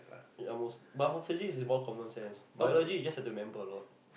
ya most but Physics is just common sense Biology you just have to remember a lot